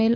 L